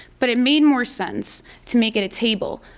but it made more sense to make it a table,